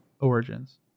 Origins